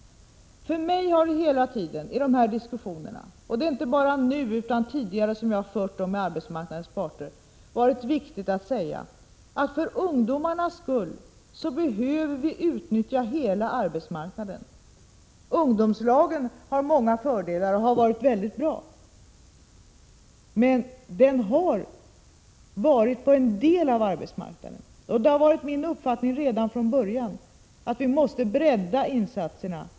För mig har det hela tiden i dessa diskussioner med arbetsmarknadens parter, både nu och tidigare, varit viktigt att säga att för ungdomarnas skull behöver vi utnyttja hela arbetsmarknaden. Ungdomslagen har många fördelar och har varit mycket bra. Men den har omfattat bara en del av arbetsmarknaden. Det var från början min uppfattning att vi måste bredda insatserna.